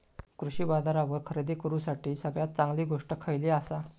कृषी बाजारावर खरेदी करूसाठी सगळ्यात चांगली गोष्ट खैयली आसा?